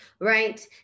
right